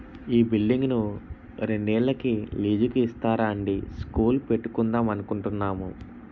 ఈ బిల్డింగును రెండేళ్ళకి లీజుకు ఇస్తారా అండీ స్కూలు పెట్టుకుందాం అనుకుంటున్నాము